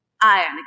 Iron